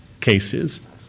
cases